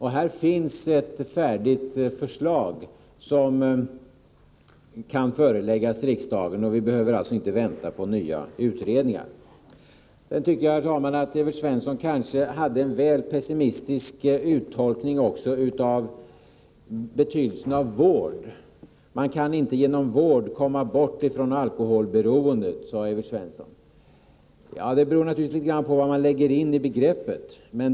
Här finns ju ett färdigt förslag som kan föreläggas riksdagen. Vi behöver alltså inte vänta på nya utredningar. Herr talman! Jag tycker att Evert Svenssons tolkning av betydelsen av ordet ”vård” var litet väl pessimistisk. Man kan inte med hjälp av vård komma bort från sitt alkoholberoende, sade Evert Svensson. Jag vill då säga att det naturligtvis beror på vad man lägger in i begreppet ”vård”.